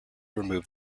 remove